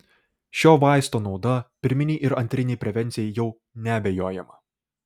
šio vaisto nauda pirminei ir antrinei prevencijai jau neabejojama